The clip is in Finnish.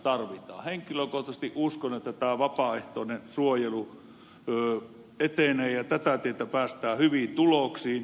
henkilökohtaisesti uskon että tämä vapaaehtoinen suojelu etenee ja tätä tietä päästään hyviin tuloksiin